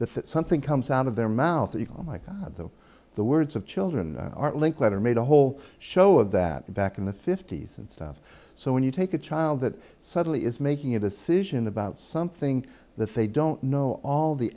that something comes out of their mouth that you know my god though the words of children are linkletter made a whole show of that back in the fifty's and stuff so when you take a child that suddenly is making a decision about something that they don't know all the